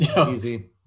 Easy